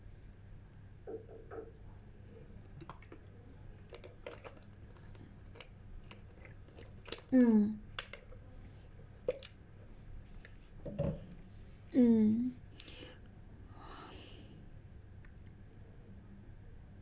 mm mm